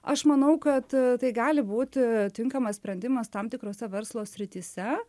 aš manau kad tai gali būti tinkamas sprendimas tam tikrose verslo srityse